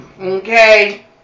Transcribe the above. okay